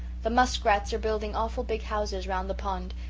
the muskrats are building awful big houses round the pond,